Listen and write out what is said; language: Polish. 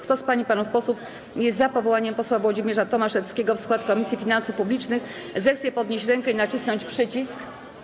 Kto z pań i panów posłów jest za powołaniem posła Włodzimierza Tomaszewskiego w skład Komisji Finansów Publicznych, zechce podnieść rękę i nacisnąć przycisk.